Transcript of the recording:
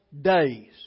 days